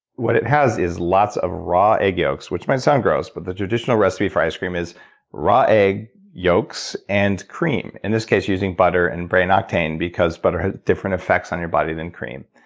what it has is lots of raw egg yolks which might sound gross but the juditional recipe for ice cream is raw egg yolks and cream in this case, using butter and brain octane because butter had different effects on your body than cream.